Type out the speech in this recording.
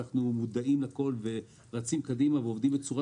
אנחנו מודעים לכל, רצים קדימה ועובדים בצורה